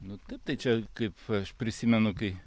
nu taip tai čia kaip aš prisimenu kai